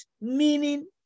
meaning